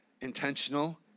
Intentional